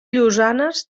llosanes